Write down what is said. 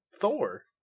Thor